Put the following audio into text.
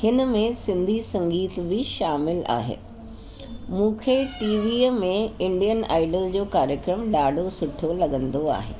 हिनमें सिंधी संगीत बि शामिल आहे मूंखे टीवीअ में इंडियन आइडल जो कार्यक्रम ॾाढो सुठो लॻंदो आहे